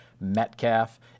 Metcalf